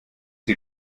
sie